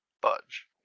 Budge